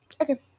Okay